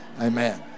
Amen